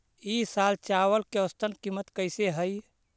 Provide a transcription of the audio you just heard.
ई साल चावल के औसतन कीमत कैसे हई?